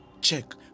Check